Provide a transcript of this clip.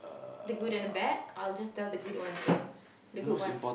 the good and bad I'll just tell the good ones lah the good ones